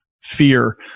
fear